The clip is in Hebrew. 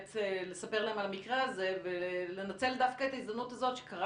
לספר להם על המקרה הזה ולנצל דווקא את ההזדמנות הזאת שקרה